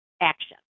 action